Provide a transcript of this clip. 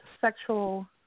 sexual